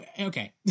Okay